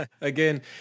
Again